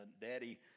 Daddy